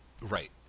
right